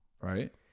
right